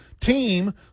team